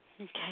Okay